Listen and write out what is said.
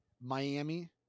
miami